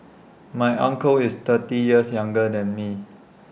my uncle is thirty years younger than me